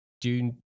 June